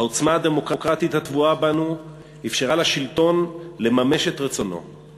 העוצמה הדמוקרטית הטבועה בנו אפשרה לשלטון לממש את רצונו,